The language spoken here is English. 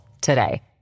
today